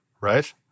right